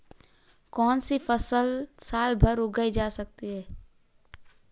कौनसी फसल साल भर उगाई जा सकती है?